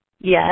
Yes